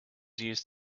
used